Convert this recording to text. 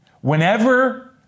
Whenever